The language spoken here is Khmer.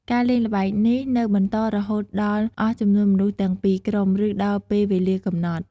ការលេងល្បែងនេះនៅបន្តរហូតដល់អស់ចំនួនមនុស្សទាំងពីរក្រុម ឬដល់ពេលវេលាកំណត់។